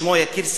ששמו יקיר שגב,